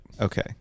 Okay